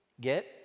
Get